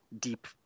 deep